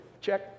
Check